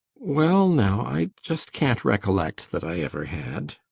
well now, i just can't recollect that i ever had.